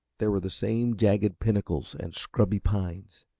there were the same jagged pinnacles and scrubby pines,